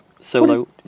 solo